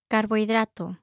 Carbohidrato